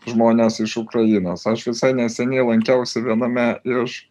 žmones iš ukrainos aš visai neseniai lankiausi viename iš